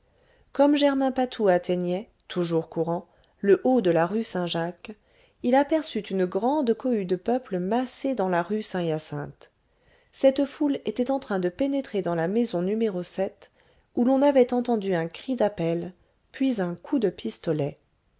comme germain patou atteignait toujours courant le haut de la rue saint-jacques il aperçut une grande cohue de peuple massée dans la rue saint hyacinthe cette foule était en train de pénétrer dans la maison n où l'on avait entendu un cri d'appel puis un coup de pistolet